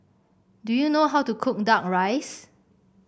do you know how to cook duck rice